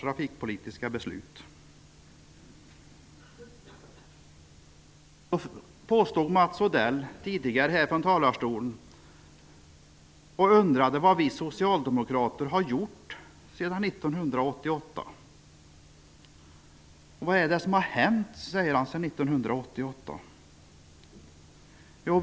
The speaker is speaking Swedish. Mats Odell undrade vad vi socialdemokrater har gjort sedan 1988. Vad har hänt sedan 1988, sade han.